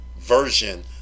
version